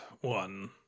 one